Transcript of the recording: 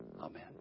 Amen